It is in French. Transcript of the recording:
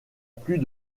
plus